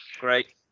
Great